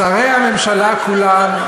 שרי הממשלה כולם,